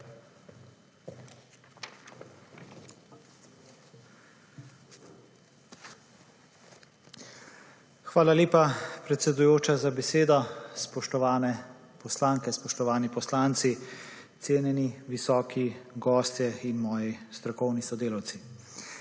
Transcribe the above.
Hvala lepa, predsedujoča, za besedo. Spoštovane poslanke, spoštovani poslanci, cenjeni visoki gostje in moji strokovni sodelavci!